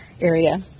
area